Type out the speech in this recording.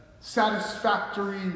satisfactory